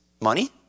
money